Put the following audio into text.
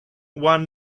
one